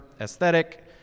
aesthetic